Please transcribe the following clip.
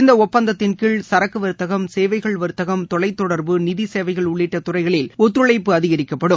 இந்த ஒப்பந்தத்தின்கீழ் சரக்கு வர்த்தகம் சேவைகள் வர்த்தகம் தொலைத் தொடர்பு நிதி சேவைகள் உள்ளிட்ட துறைகளில் ஒத்துழைப்பு அதிகரிக்கப்படும்